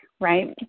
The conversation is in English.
right